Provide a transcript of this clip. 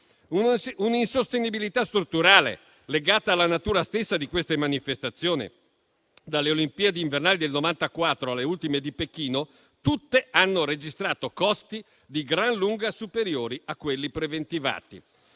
un'insostenibilità strutturale, legata alla natura stessa di queste manifestazioni. Dalle Olimpiadi invernali del 1994 alle ultime di Pechino, tutte hanno registrato costi di gran lunga superiori a quelli preventivati: